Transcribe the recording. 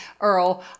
Earl